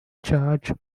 charge